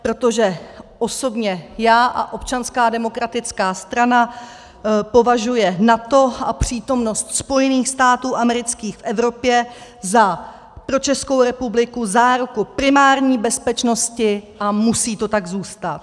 Protože osobně já a Občanská demokratická strana považujeme NATO a přítomnost Spojených států amerických v Evropě pro Českou republiku jako záruku primární bezpečnosti a musí to tak zůstat.